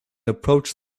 approached